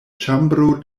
ĉambro